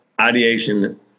ideation